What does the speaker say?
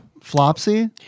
Flopsy